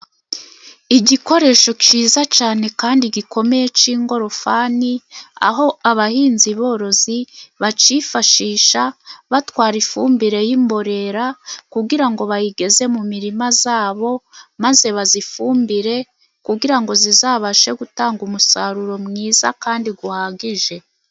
Igikoresho cyiza cyane kandi gikomeye cy'ingorofani. Aho abahinzi borozi bacyifashisha batwara ifumbire y'imborera kugira ngo bayigeze mu mirima yabo. Maze bayifumbire kugira ngo izabashe gutanga umusaruro mwiza kandi uhagije.